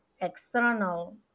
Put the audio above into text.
external